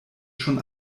schon